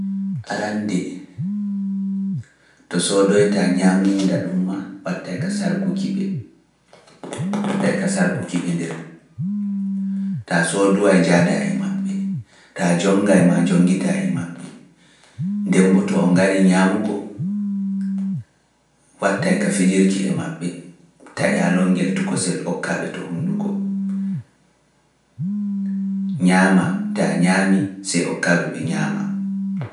Arande, to soodoyta ñaaminda ɗum maa wattae ka sarkuki ɓe, wattae ka sarkuki ɓe nder, taa sooduwaay njaadaa e maɓɓe, taa jonngae maa njonngidaa e maɓɓe, ndemmbo to on ngari ñaamugo wattae ka fijirki e maɓɓe, taƴaa loŋngel tokosel okka ɓe to hunduko, ñaama taa ñaami, sey okka ɓe be ñaama.